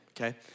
okay